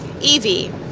Evie